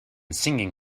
singing